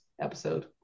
episode